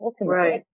Right